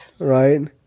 right